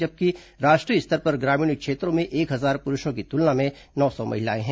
जबकि राष्ट्रीय स्तर पर ग्रामीण क्षेत्रों में एक हजार पुरूषों की तुलना में नौ सौ महिलाएं हैं